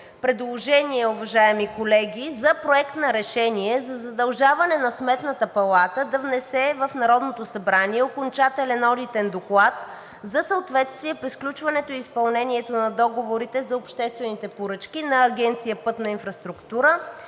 предложение, уважаеми колеги, за Проект на решение за задължаване на Сметната палата да внесе в Народното събрание окончателен одитен доклад за съответствие при сключването и изпълнението на договорите за обществените поръчки на Агенция „Пътна инфраструктура“